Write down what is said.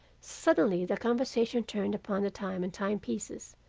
suddenly the conversation turned upon the time and time-pieces,